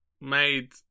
made